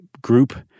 group